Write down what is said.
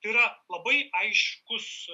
yra labai aiškus